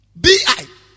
B-I